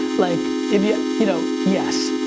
like, if you, you know, yes.